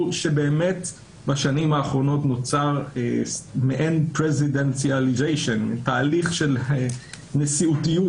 שבאמת בשנים האחרונות נוצר מעין תהליך של נשיאותיות,